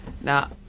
Now